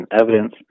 evidence